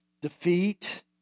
defeat